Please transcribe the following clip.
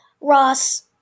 Ross